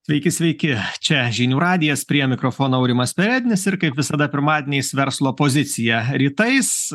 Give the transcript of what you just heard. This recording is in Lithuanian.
sveiki sveiki čia žinių radijas prie mikrofono aurimas perednis ir kaip visada pirmadieniais verslo pozicija rytais